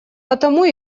потому